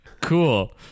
Cool